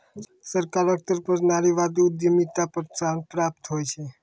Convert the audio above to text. सरकारो तरफो स नारीवादी उद्यमिताक प्रोत्साहन प्राप्त होय छै